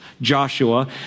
Joshua